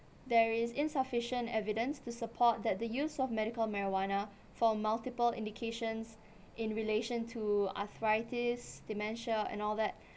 there is insufficient evidence to support that the use of medical marijuana for multiple indications in relation to arthritis dementia and all that